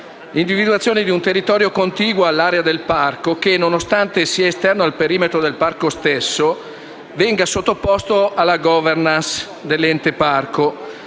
l’individuazione di un territorio contiguo all’area del parco che, nonostante sia esterno al perimetro del parco stesso, venga sottoposto alla governance dell’Ente parco.